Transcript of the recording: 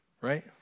Right